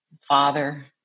father